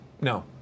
no